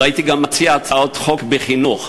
לא הייתי גם מציע הצעות חוק בחינוך.